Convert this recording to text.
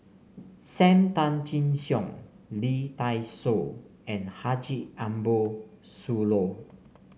Sam Tan Chin Siong Lee Dai Soh and Haji Ambo Sooloh